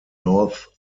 north